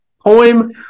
Poem